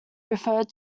referred